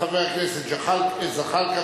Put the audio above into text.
חבר הכנסת זחאלקה,